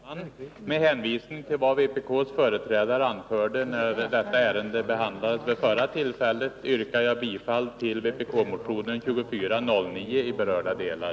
Fru talman! Med hänvisning till vad vpk:s företrädare anförde då ärendet behandlades förra gången yrkar jag bifall till vpk:s motion 2409 i berörda delar.